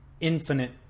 infinite